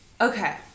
Okay